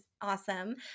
Awesome